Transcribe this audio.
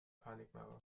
panikmache